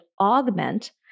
augment